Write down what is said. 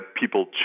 people